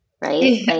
right